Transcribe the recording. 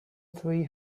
three